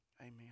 amen